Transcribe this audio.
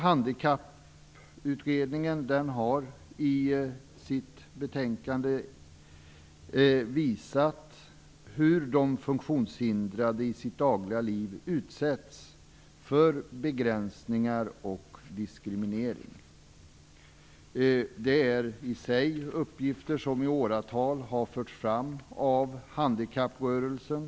Handikapputredningen visar i sitt betänkande på hur de funktionshindrade i sitt dagliga liv utsätts för begränsningar och diskriminering. Det är i och för sig uppgifter som i åratal har förts fram av handikapprörelsen.